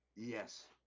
Yes